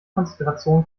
konzentration